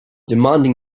demanding